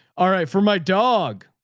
all right. for my dog